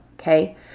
okay